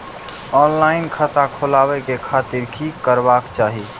Online खाता खोलाबे के खातिर कि करबाक चाही?